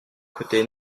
côté